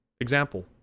Example